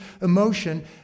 emotion